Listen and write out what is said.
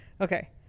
Okay